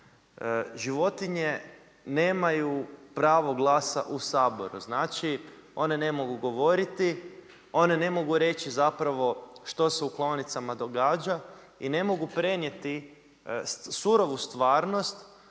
životinje nemaju pravo glasa u Saboru. Znači one ne mogu govoriti, one ne mogu reći zapravo što se u klaonicama događa i ne mogu prenijeti surovu stvarnost